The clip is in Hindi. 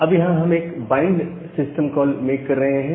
अब यहां हम एक बाइंड सिस्टम कॉल मेक कर रहे हैं